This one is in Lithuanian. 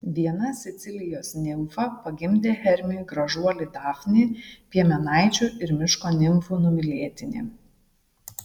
viena sicilijos nimfa pagimdė hermiui gražuolį dafnį piemenaičių ir miško nimfų numylėtinį